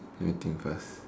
let me think first